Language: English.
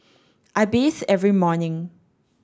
I bathe every morning